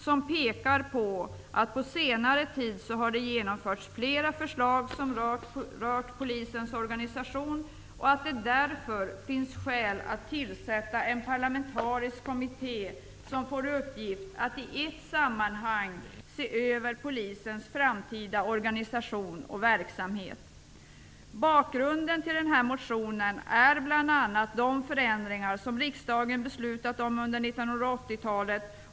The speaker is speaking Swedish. Man pekar där på att det under senare tid har genomförts flera förslag som rört polisens organisation och att det därför finns skäl att tillsätta en parlamentarisk kommitté som skall få i uppgift att i ett sammanhang se över polisens framtida organisation och verksamhet. Bakgrunden till motionen är bl.a. de förändringar som riksdagen beslutat om under 1980-talet.